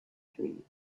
trees